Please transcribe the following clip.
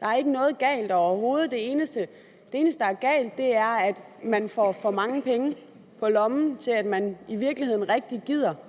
der er ikke noget galt overhovedet. Det eneste, der er galt, er, at de får for mange penge på lommen til, at de i virkeligheden rigtig gider,